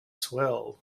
swell